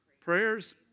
Prayers